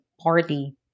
party